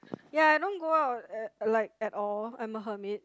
ya I don't go out uh like at all I'm a hermit